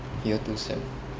year two sem